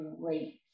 great